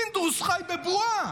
פינדרוס חי בבועה.